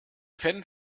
fan